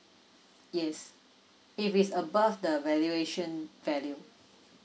yes if it's above the valuation value